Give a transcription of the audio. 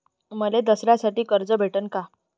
मले दसऱ्यासाठी कर्ज भेटन का?